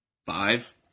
Five